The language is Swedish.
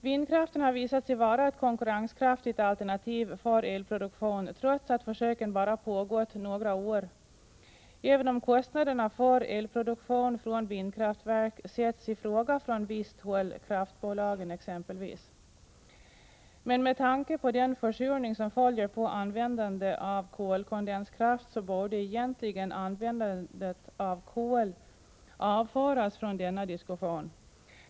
Vindkraften har visat sig vara ett konkurrenskraftigt alternativ för elproduktion, trots att försöken bara pågått några år, även om kostnaderna för elproduktion från vindkraftverk sätts i fråga från visst håll, exempelvis från kraftbolagen. Med tanke på den försurning som följer på användande av kolkondenskraft borde egentligen användandet av kol avföras från denna diskussion.